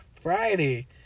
Friday